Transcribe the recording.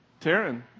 Taryn